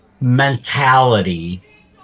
mentality